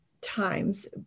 times